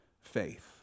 faith